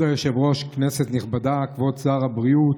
כבוד היושב-ראש, כנסת נכבדה, כבוד שר הבריאות,